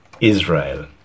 Israel